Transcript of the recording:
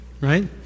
right